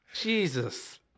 Jesus